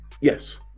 Yes